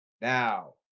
Now